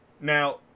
now